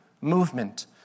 movement